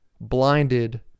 blinded